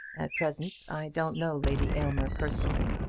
at present i don't know lady aylmer personally,